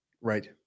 Right